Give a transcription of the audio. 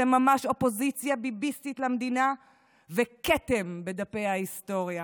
אתם ממש אופוזיציה ביביסטית למדינה וכתם בדפי ההיסטוריה.